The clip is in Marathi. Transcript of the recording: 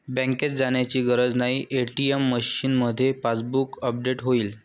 बँकेत जाण्याची गरज नाही, ए.टी.एम मशीनमध्येच पासबुक अपडेट होईल